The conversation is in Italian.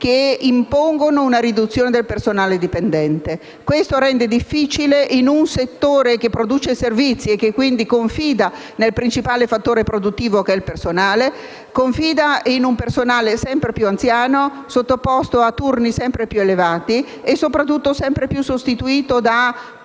che impongono una riduzione del personale dipendente. Questo rende difficile la situazione in un settore che produce servizi e che, quindi, confida nel principale fattore produttivo, che è il personale, tra l'altro sempre più anziano, sottoposto a turni sempre più elevati e soprattutto sempre più sostituito da forme di